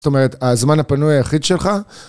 זאת אומרת, הזמן הפנוי היחיד שלך.